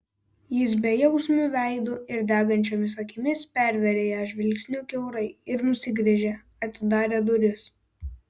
jis bejausmiu veidu ir degančiomis akimis pervėrė ją žvilgsniu kiaurai ir nusigręžė atidarė duris